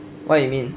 what you mean